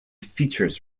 features